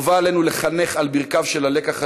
חובה עלינו לחנך על ברכיהם של הלקח